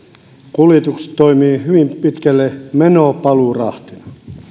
kuljetukset toimivat hyvin pitkälle meno paluurahtina